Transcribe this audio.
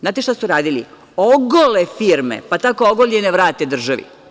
Znate šta su radili, ogole firme pa tako ogoljene vrate državi.